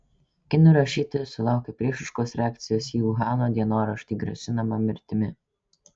kinų rašytoja sulaukė priešiškos reakcijos į uhano dienoraštį grasinama mirtimi